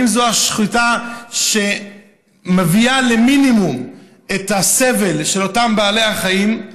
האם זו השחיטה שמביאה למינימום את הסבל של אותם בעלי חיים?